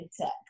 tech